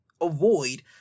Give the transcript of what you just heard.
Avoid